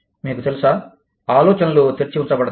మీకు తెలుసా ఆలోచనలు తెరిచి ఉంచబడతాయి